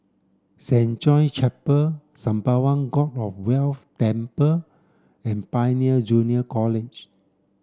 Saint John Chapel Sembawang God of Wealth Temple and Pioneer Junior College